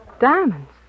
Diamonds